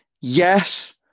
Yes